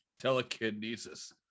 Telekinesis